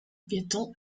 piétons